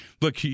look